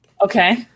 Okay